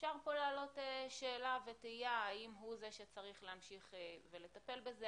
אפשר להעלות פה שאלה ותהייה האם הוא זה שצריך להמשיך ולטפל בזה.